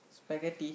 spaghetti